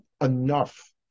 enough